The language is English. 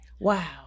Wow